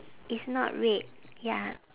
it's not red ya